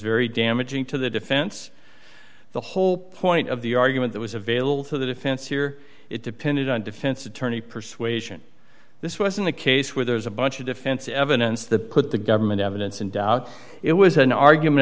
very damaging to the defense the whole point of the argument that was available to the defense here it depended on defense attorney persuasion this wasn't a case where there's a bunch of defense evidence that put the government evidence in doubt it was an argument